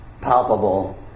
palpable